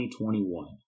2021